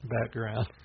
background